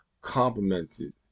complemented